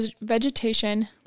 vegetation